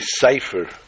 decipher